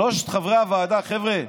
שלושת חברי הוועדה: חבר'ה,